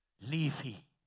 leafy